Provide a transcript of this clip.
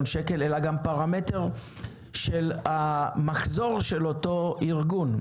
שקל אלא גם פרמטר של המחזור של אותו ארגון.